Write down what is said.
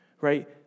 right